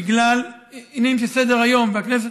בגלל עניינים של סדר-היום בכנסת,